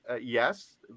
yes